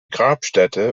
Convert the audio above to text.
grabstätte